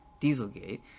dieselgate